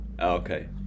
Okay